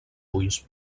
ulls